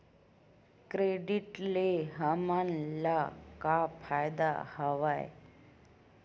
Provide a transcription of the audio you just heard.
Credit ले हमन ला का फ़ायदा हवय?